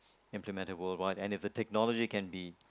implemented world wide and if the technology can be